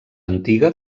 antiga